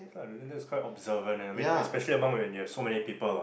that's quite observant ah especially among when you have so many people ah